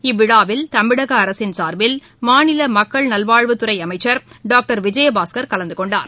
இவ்விழாவில் தமிழக அரசின் சார்பில் மாநில மக்கள் நல்வாழ்வுத்துறை அமைச்சர் டாக்டர் விஜயபாஸ்கர் கலந்தகொண்டார்